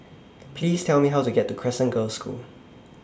Please Tell Me How to get to Crescent Girls' School